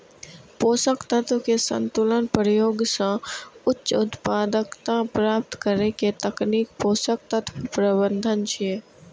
पोषक तत्व के संतुलित प्रयोग सं उच्च उत्पादकता प्राप्त करै के तकनीक पोषक तत्व प्रबंधन छियै